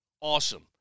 awesome